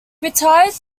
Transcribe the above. retired